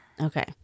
Okay